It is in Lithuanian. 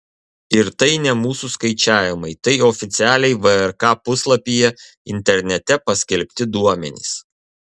ir tai ne mūsų skaičiavimai tai oficialiai vrk puslapyje internete paskelbti duomenys